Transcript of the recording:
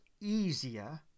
easier